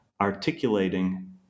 articulating